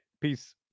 Peace